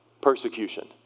persecution